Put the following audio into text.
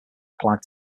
applied